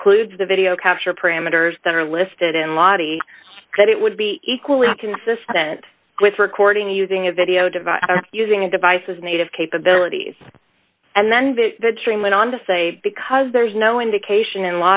includes the video capture parameters that are listed in lahti that it would be equally consistent with recording using a video device using a device as native capabilities and then went on to say because there's no indication in